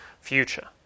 future